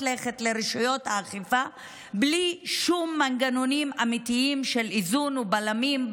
לכת לרשויות האכיפה בלי שום מנגנונים אמיתיים של איזונים ובלמים,